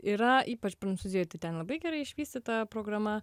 yra ypač prancūzijoj tai ten labai gerai išvystyta programa